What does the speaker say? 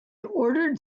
ordered